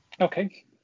Okay